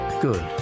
good